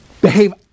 behave